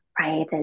right